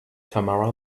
tamara